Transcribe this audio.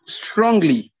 strongly